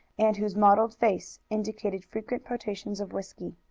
and whose mottled face indicated frequent potations of whisky.